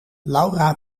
laura